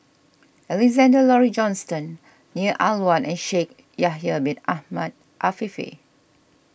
Alexander Laurie Johnston Neo Ah Luan and Shaikh Yahya Bin Ahmed Afifi